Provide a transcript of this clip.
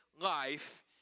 life